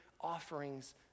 offerings